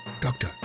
Doctor